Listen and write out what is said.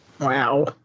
Wow